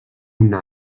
una